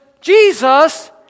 Jesus